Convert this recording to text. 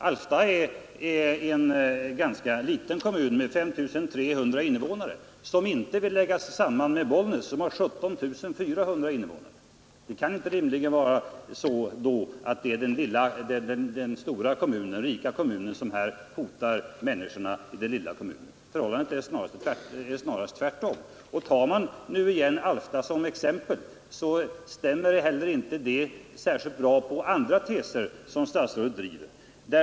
Alfta är en ganska liten kommun med 5 300 invånare, som inte vill läggas samman med Bollnäs som har 17 400 invånare. Det kan då inte rimligen vara så att det är den stora, rika kommunen som hotar människorna i den lilla kommunen. Förhållandet är det motsatta. Inte heller den storkommunlinje statsrådet driver stämmer särskilt bra, om man tar Alfta som exempel.